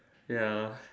ya